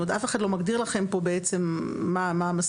זאת אומרת אף אחד לא מגדיר לכם פה בעצם מה המסקנות.